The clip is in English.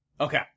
Okay